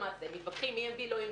למעשה מתווכחים עם EMV או לא,